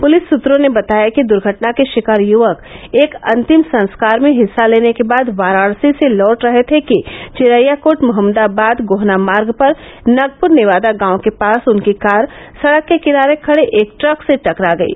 police सूत्रों ने बताया कि दुर्घटना के षिकार युवक एक अन्तिम संस्कार में हिस्सा लेने के बाद वाराणसी से वापस लौट रहे थे कि चिरैयाकोट मोहम्मदाबाद गोहना मार्ग पर नगपुर नेवादा गांव के पास उनकी कार सड़क के किनारे खड़े एक ट्रक से टकरा गयी